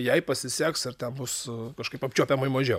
jai pasiseks ir ten bus kažkaip apčiuopiamai mažiau